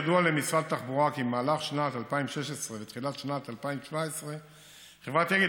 ידוע למשרד התחבורה כי במהלך שנת 2016 ותחילת שנת 2017 חברת אגד,